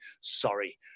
sorry